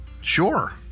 Sure